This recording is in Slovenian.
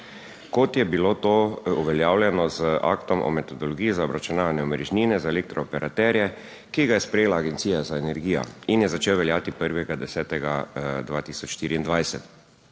kot je bilo to uveljavljeno z Aktom o metodologiji za obračunavanje omrežnine za elektro operaterje, ki ga je sprejela Agencija za energijo in je začel veljati 1. 10. 2024.